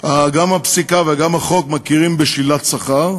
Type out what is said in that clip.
גם הפסיקה וגם החוק מכירים בשלילת שכר.